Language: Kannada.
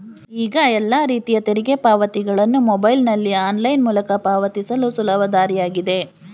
ಈಗ ಎಲ್ಲ ರೀತಿಯ ತೆರಿಗೆ ಪಾವತಿಗಳನ್ನು ಮೊಬೈಲ್ನಲ್ಲಿ ಆನ್ಲೈನ್ ಮೂಲಕ ಪಾವತಿಸಲು ಸುಲಭ ದಾರಿಯಾಗಿದೆ